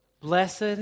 Blessed